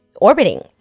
Orbiting